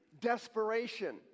desperation